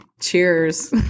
cheers